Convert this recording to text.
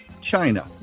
China